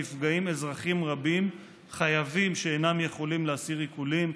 נפגעים אזרחים רבים: חייבים שאינם יכולים להסיר עיקולים,